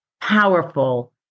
powerful